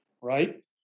right